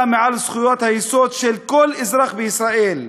מעל זכויות היסוד של כל אזרח בישראל,